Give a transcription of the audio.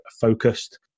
focused